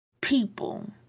people